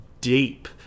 deep